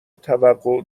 توقع